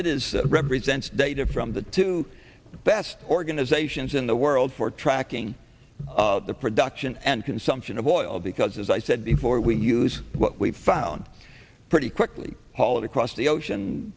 it is represents data from the two best organizations in the world for tracking the production and consumption of oil because as i said before we use what we've found pretty quickly all across the ocean